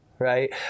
Right